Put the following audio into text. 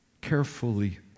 carefully